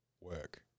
work